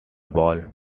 ball